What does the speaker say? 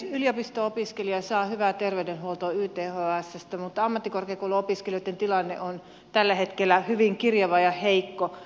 yliopisto opiskelija saa hyvää terveydenhuoltoa ythsstä mutta ammattikorkeakouluopiskelijoitten tilanne on tällä hetkellä hyvin kirjava ja heikko